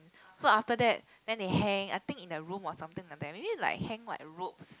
so after that then they hang I think in their room or something like that maybe hang like ropes